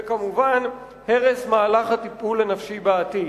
וכמובן להרס מהלך הטיפול הנפשי בעתיד.